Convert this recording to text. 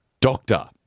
Doctor